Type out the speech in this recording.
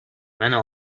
منو